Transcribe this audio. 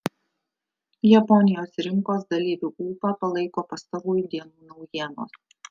japonijos rinkos dalyvių ūpą palaiko pastarųjų dienų naujienos